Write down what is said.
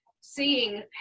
seeing